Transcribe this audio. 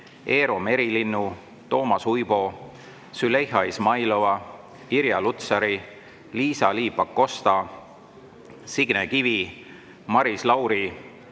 Eero Merilinnu, Toomas Uibo, Züleyxa Izmailova, Irja Lutsari, Liisa-Ly Pakosta, Signe Kivi, Maris Lauri,